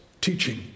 teaching